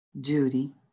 duty